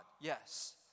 yes